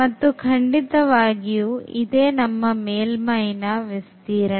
ಮತ್ತು ಖಚಿತವಾಗಿದೆ ಇದೇ ನಮ್ಮ ಮೇಲ್ಮೈ ನ ವಿಸ್ತೀರ್ಣ